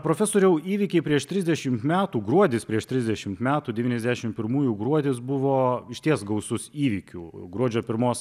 profesoriau įvykiai prieš trisdešim metų gruodis prieš trisdešim metų devyniasdešim pirmųjų gruodis buvo išties gausus įvykių gruodžio pirmos